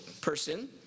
person